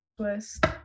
twist